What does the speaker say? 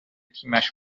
تیمش